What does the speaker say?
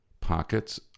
pockets